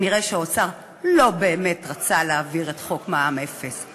כנראה האוצר לא באמת רצה להעביר את חוק מע"מ אפס.